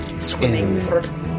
swimming